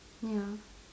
ya